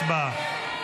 הצבעה.